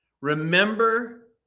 remember